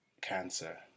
cancer